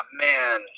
man